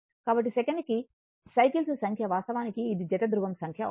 కాబట్టి సెకనుకు సైకిల్స్ సంఖ్య వాస్తవానికి ఇది జత ధృవం సంఖ్య అవుతుంది